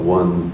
one